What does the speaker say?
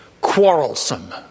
quarrelsome